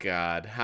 god